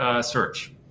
search